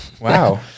Wow